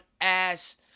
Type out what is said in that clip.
ass